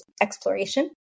exploration